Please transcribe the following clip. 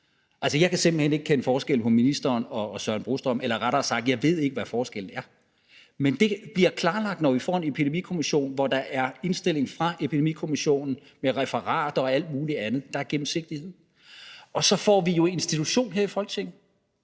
Altså, jeg kan simpelt hen ikke kende forskel på ministeren og Søren Brostrøm, eller rettere sagt: Jeg ved ikke, hvad forskellen er. Men det bliver klarlagt, når vi får en epidemikommission, hvor der er indstilling fra epidemikommissionen med referater og alt mulig andet – der er gennemsigtighed. Så får vi jo en institution her i Folketinget,